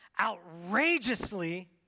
outrageously